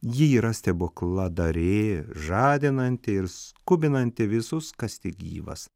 ji yra stebukladarė žadinanti ir skubinanti visus kas tik gyvas